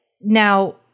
now